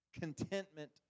contentment